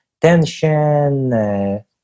tension